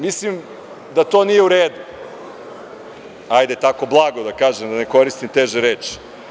Mislim da to nije u redu, hajde tako blago da kažem, da ne koristim teže reči.